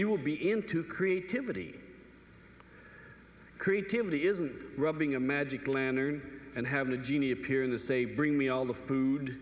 you will be into creativity creativity isn't rubbing a magic lantern and having a genie appear in the say bring me all the food